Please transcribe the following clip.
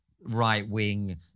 right-wing